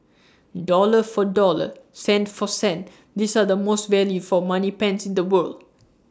dollar for dollar cent for cent these are the most value for money pens in the world